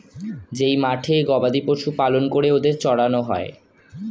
যেই মাঠে গবাদি পশু পালন করে ওদের চড়ানো হয়